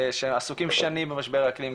שעסוקים שנים במשבר האקלים,